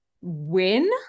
win